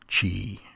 chi